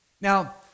Now